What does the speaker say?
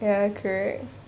ya correct